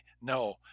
no